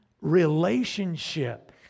relationship